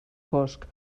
fosc